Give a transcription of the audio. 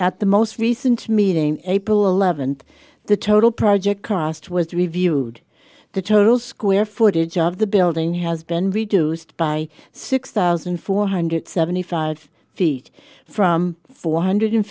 at the most recent meeting april eleventh the total project cost was reviewed the total square footage of the building has been reduced by six thousand four hundred seventy five feet from four hundred